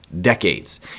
Decades